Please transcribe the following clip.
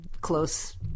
close